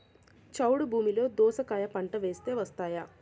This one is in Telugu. చౌడు భూమిలో దోస కాయ పంట వేస్తే వస్తాయా?